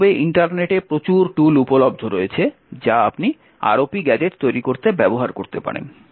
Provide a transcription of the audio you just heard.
বাস্তবে ইন্টারনেটে প্রচুর টুল উপলব্ধ রয়েছে যা আপনি ROP গ্যাজেট তৈরি করতে ব্যবহার করতে পারেন